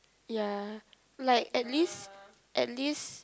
ya like at least at least